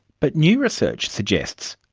but new research suggests,